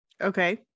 Okay